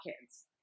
kids